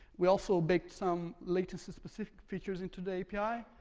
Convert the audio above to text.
we also baked some latency-specific features into the api.